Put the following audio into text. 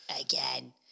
again